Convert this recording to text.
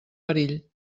perill